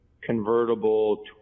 convertible